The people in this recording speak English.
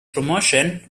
promotion